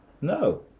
No